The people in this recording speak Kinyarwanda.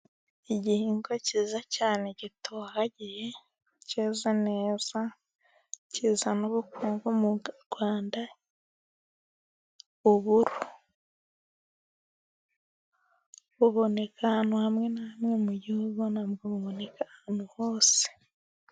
Igihingwa cyiza cyane gitohagiye cyeza neza, kizana ubukungu mu Rwanda, uburo buboneka ahantu hamwe na hamwe mu gihugu, ntabwo buboneka ahantu hose.